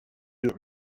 deux